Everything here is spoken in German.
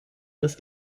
des